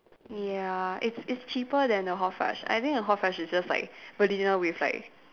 ya it's it's cheaper than the hot fudge I think the hot fudge is just like vanilla with like